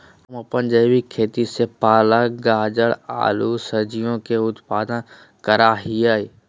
हम अपन जैविक खेती से पालक, गाजर, आलू सजियों के उत्पादन करा हियई